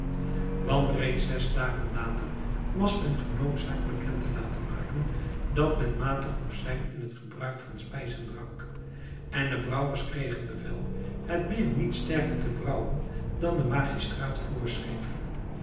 want reeds zes dagen later was men genoodzaakt bekend te laten maken dat men matig moest zijn in het gebruik van spijs en drank en de brouwers kregen bevel het bier niet sterker te brouwen dan de magistraat voorschreef